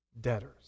debtors